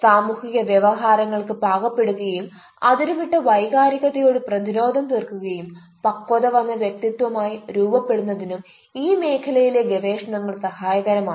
സാമൂഹിക വ്യവഹാരങ്ങൾക്ക് പാകപ്പെടുകയും അതിരുവിട്ട വൈകാരികതയൊട് പ്രതിരോധം തീർക്കുകയും പക്വത വന്ന വ്യക്തിത്വമായി രൂപപ്പെടുന്നതിനും ഈ മേഖലയിലെ ഗവേഷണങ്ങൾ സഹായകരമാണ്